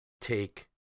take